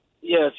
Yes